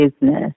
business